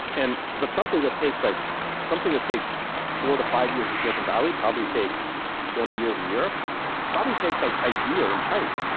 and but something that takes like something that takes four to five years in silicon valley probably takes twenty years in europe probably takes like a year in china.